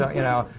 you know,